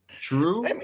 true